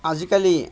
আজিকালি